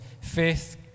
Faith